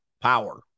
Power